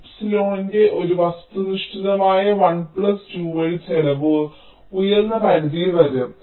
എപ്സിലോണിന്റെ ഒരു വസ്തുനിഷ്ഠമായ 1 പ്ലസ് 2 വഴി ചെലവ് ഉയർന്ന പരിധിയിൽ വരും